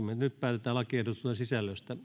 yksi nyt päätetään lakiehdotusten sisällöstä